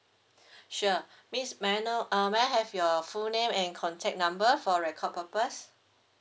sure miss may I know um may I have your full name and contact number for record purpose